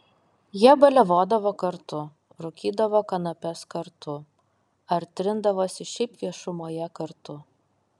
jie baliavodavo kartu rūkydavo kanapes kartu ar trindavosi šiaip viešumoje kartu